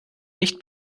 nicht